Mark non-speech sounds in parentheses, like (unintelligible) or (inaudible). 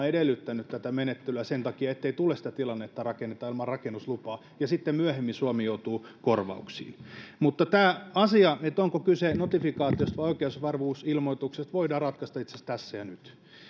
(unintelligible) edellyttänyt tätä menettelyä nimenomaan sen takia ettei tule sitä tilannetta että rakennetaan ilman rakennuslupaa ja sitten myöhemmin suomi joutuu korvauksiin mutta tämä asia onko kyse notifikaatiosta vai oikeusvarmuusilmoituksesta voidaan ratkaista itse asiassa tässä ja nyt